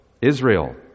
Israel